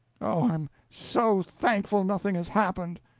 oh, i'm so thankful nothing has happened!